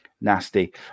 nasty